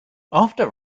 after